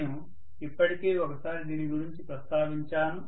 నేను ఇప్పటికే ఒకసారి దీని గురించి ప్రస్తావించాను